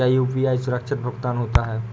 क्या यू.पी.आई सुरक्षित भुगतान होता है?